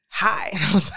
hi